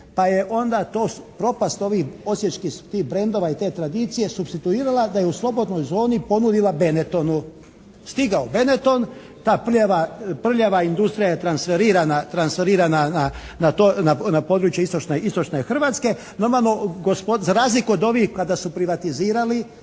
Pa je onda to propast ovih, osječkih tih brendova i te tradicije supstituirala da je u slobodnoj zoni ponudila Bennettonu. Stigao Bennetton. Ta prljava, prljava industrija je transferirana na područje istočne Hrvatske. Normalno, za razliku od ovih kada su privatizirali